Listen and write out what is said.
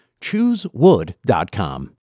Choosewood.com